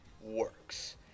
works